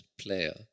player